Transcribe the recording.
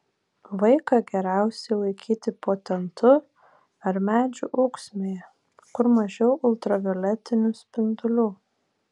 vaiką geriausiai laikyti po tentu ar medžių ūksmėje kur mažiau ultravioletinių spindulių